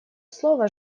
слово